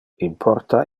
importa